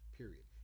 period